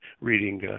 reading